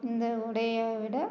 இந்த உடையை விட